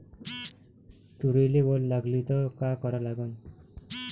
तुरीले वल लागली त का करा लागन?